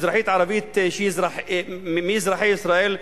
אזרחית ערבית מאזרחי ישראל,